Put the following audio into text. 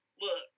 Look